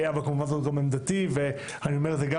אבל כמובן זאת גם עמדתי ואני אומר את זה גם